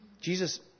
Jesus